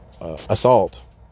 assault